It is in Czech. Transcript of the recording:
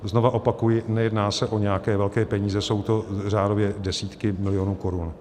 Znovu opakuji, nejedná se o nějaké velké peníze, jsou to řádově desítky milionů korun.